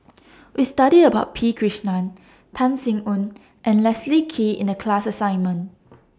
We studied about P Krishnan Tan Sin Aun and Leslie Kee in The class assignment